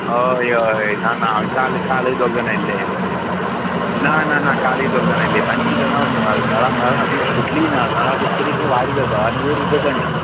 हय हय जाणा हांवें काल काल दोग जाण आयल्लें ना ना ना कालय दोग जाण आयल्ले तांची किदें जालां नळां नळां खंय फुटलीं ना नळां किदें तरी खंय वार जाता आनी वयर उदक येना